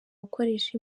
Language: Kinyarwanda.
gukoresha